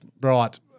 Right